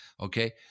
okay